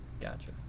Gotcha